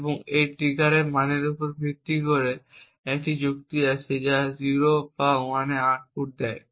এবং এই ট্রিগারের মানের উপর ভিত্তি করে একটি যুক্তি আছে যা 0 বা 1 আউটপুট দেয়